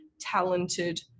talented